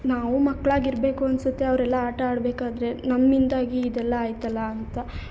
ನಾವು ಮಕ್ಕಳಾಗಿರ್ಬೇಕು ಅನ್ಸುತ್ತೆ ಅವರೆಲ್ಲ ಆಟ ಆಡಬೇಕಾದ್ರೆ ನಮ್ಮಿಂದಾಗಿ ಇದೆಲ್ಲ ಆಯಿತಲ್ಲ ಅಂತ